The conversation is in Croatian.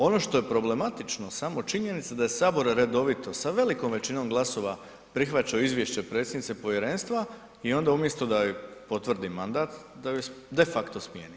Ono što je problematično, samo činjenica da je Sabor redovito, sa velikom većinom glasova prihvaćao Izvješće predsjednice povjerenstva i onda umjesto da joj potvrdi mandat da joj de facto smijenio.